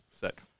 Sick